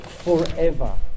Forever